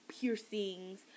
piercings